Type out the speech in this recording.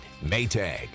Maytag